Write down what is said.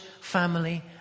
family